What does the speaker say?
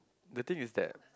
the thing is that